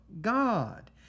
God